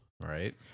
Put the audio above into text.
right